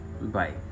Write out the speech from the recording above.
Bye